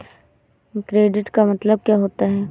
Credit का मतलब क्या होता है?